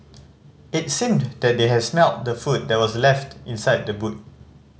it seemed that they had smelt the food that was left in side the boot